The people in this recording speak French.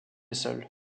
seul